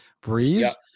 breeze